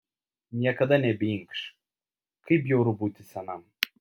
niekada nebeinkš kaip bjauru būti senam